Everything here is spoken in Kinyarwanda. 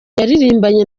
yaririmbanye